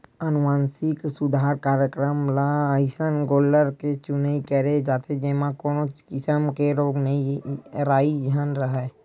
अनुवांसिक सुधार कार्यकरम म अइसन गोल्लर के चुनई करे जाथे जेमा कोनो किसम के रोग राई झन राहय